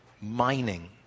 mining